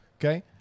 Okay